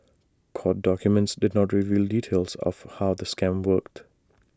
court documents did not reveal details of how the scam worked